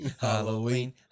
Halloween